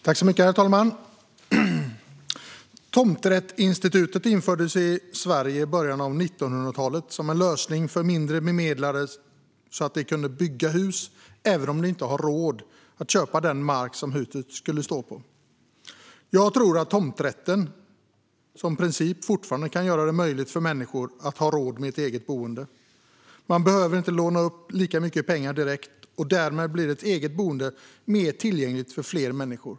Herr talman! Tomträttsinstitutet infördes i Sverige i början av 1900-talet som en lösning för mindre bemedlade så att de kunde bygga hus även om de inte hade råd att köpa den mark som huset skulle stå på. Jag tror att tomträtten som princip fortfarande kan göra det möjligt för människor att ha råd med ett eget boende. Man behöver inte låna upp lika mycket pengar direkt, och därmed blir ett eget boende mer tillgängligt för fler människor.